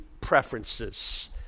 preferences